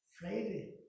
Friday